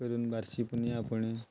करून बारशी पुनया आपोवणे